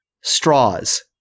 straws